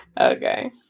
Okay